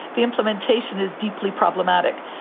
the implementation is deeply problematic,